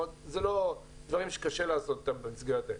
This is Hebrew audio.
זה דברים שקשה לעשות אותם במסגרת הזאת.